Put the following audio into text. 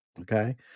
Okay